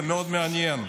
זה מאוד מעניין.